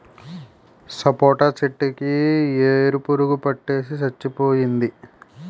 సపోటా చెట్టు కి ఏరు పురుగు పట్టేసి సచ్చిపోయింది